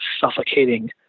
suffocating